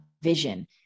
vision